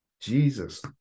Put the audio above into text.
jesus